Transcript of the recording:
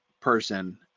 person